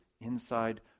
inside